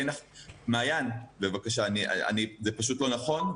מעיין, זה פשוט לא נכון.